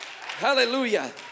Hallelujah